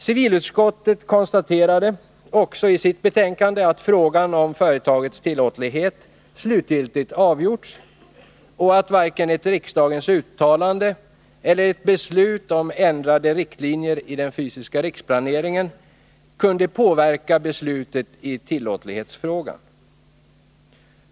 Civilutskottet konstaterade också i sitt betänkande att frågan om företagets tillåtlighet slutgiltigt avgjorts och att varken ett riksdagens uttalande eller ett beslut om ändrade riktlinjer i den fysiska riksplaneringen kunde påverka beslutet i tillåtlighetsfrågan.